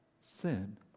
sin